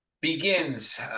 begins –